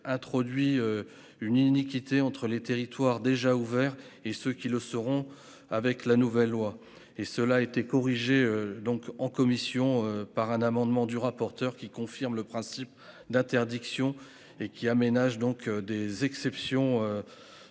Introduit une iniquité entre les territoires déjà ouvert et ceux qui le sauront avec la nouvelle loi et cela a été corrigé donc en commission par un amendement du rapporteur qui confirme le principe d'interdiction et qui aménagent donc des exceptions.